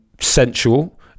sensual